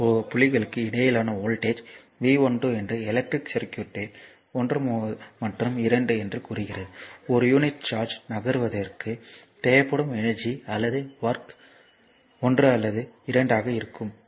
2 புள்ளிகளுக்கு இடையிலான voltage V12 ஒரு எலக்ட்ரிக் சர்க்யூட்யில் 1 மற்றும் 2 என்று கூறுகிறது ஒரு யூனிட் சார்ஜ் நகர்த்துவதற்கு தேவைப்படும் எனர்ஜி அல்லது ஒர்க் 1 அல்லது 2 ஆக இருக்கும்